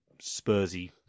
Spursy